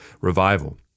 revival